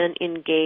engage